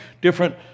different